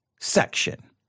section